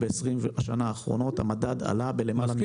אנחנו נמצאים ברף העליון של מחיר ביצים בכל השוואה בין-לאומית ובסופו